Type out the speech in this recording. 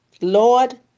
lord